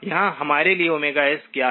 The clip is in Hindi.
यहाँ हमारे लिए s क्या है